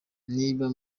niba